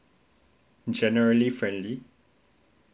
generally friendly